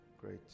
Great